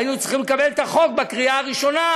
היינו צריכים לקבל את החוק בקריאה ראשונה,